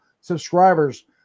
subscribers